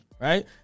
right